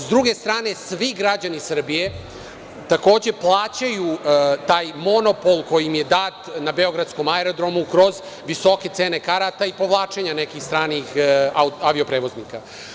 S druge strane, svi građani Srbije takođe plaćaju taj monopol koji im je dat na beogradskom aerodromu kroz visoke cene karata i povlačenja nekih stranih avioprevoznika.